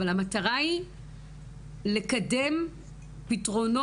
אבל המטרה היא לקדם פתרונות,